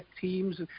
teams